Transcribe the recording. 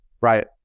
Right